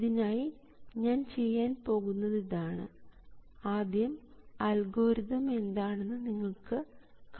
ഇതിനായി ഞാൻ ചെയ്യാൻ പോകുന്നത് ഇതാണ് ആദ്യം അൽഗോരിതം എന്താണെന്ന് നിങ്ങൾക്ക് കാണിച്ചു തരും